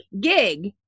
gig